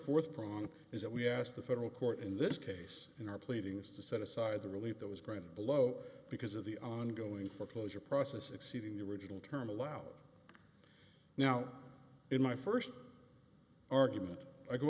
fourth problem is that we asked the federal court in this case in our pleadings to set aside the relief that was granted below because of the ongoing foreclosure process exceeding the original term allowed now in my first argument i go